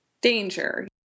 danger